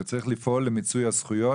וצריך לפעול למיצוי הזכויות.